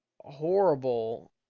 horrible